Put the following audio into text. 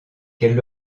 qu’elle